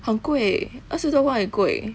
很贵二十多块很贵